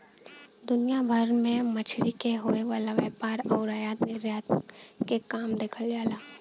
दुनिया भर में मछरी के होये वाला व्यापार आउर आयात निर्यात के काम देखल जाला